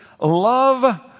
love